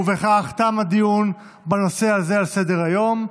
ובכך תם הדיון בנושא הזה על סדר-היום.